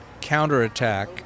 counterattack